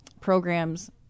programs